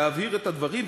להבהיר את הדברים,